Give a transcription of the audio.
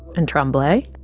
and trembley.